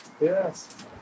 Yes